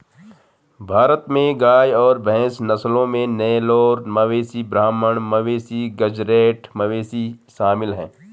भारत में गाय और भैंस नस्लों में नेलोर मवेशी ब्राह्मण मवेशी गेज़रैट मवेशी शामिल है